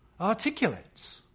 articulates